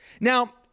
Now